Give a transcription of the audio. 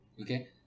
okay